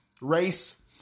race